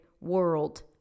world